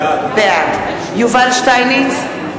בעד יובל שטייניץ,